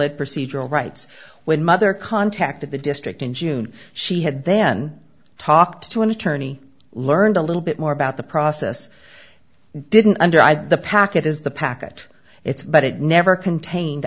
ed procedural rights when mother contacted the district in june she had then talked to an attorney learned a little bit more about the process didn't under i think the packet is the packet it's but it never contained